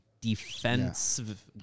defensive